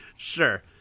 Sure